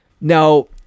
Now